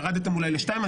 ירדתם אולי לשניים.